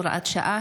הוראת שעה),